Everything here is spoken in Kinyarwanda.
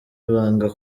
ibanga